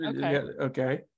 Okay